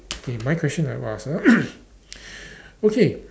okay my question I will ask ah okay